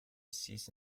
cease